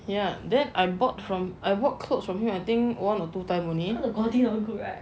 ya then I bought from I bought clothes from him I think one or two time only